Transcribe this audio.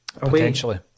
Potentially